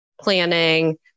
planning